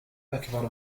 أكبر